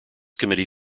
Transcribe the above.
committee